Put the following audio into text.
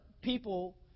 people